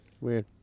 Weird